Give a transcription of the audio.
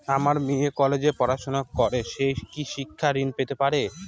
আমার মেয়ে কলেজে পড়াশোনা করে সে কি শিক্ষা ঋণ পেতে পারে?